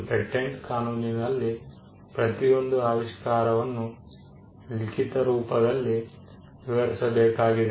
patent ಕಾನೂನಿನಲ್ಲಿ ಪ್ರತಿಯೊಂದು ಆವಿಷ್ಕಾರವನ್ನು ಲಿಖಿತ ರೂಪದಲ್ಲಿ ವಿವರಿಸಬೇಕಾಗಿದೆ